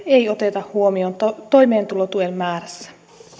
ei oteta huomioon toimeentulotuen määrässä